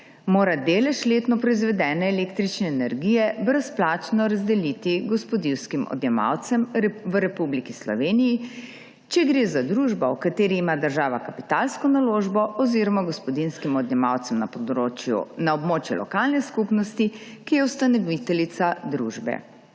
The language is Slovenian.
mora delež letno proizvedene električne energije brezplačno razdeliti gospodinjskim odjemalcem v Republiki Sloveniji, če gre za družbo, v kateri ima država kapitalsko naložbo, oziroma gospodinjskim odjemalcem na območju lokalne skupnosti, ki je ustanoviteljica družbe.